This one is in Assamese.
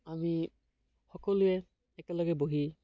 আমি সকলোৱে একেলগে বহি